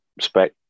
spec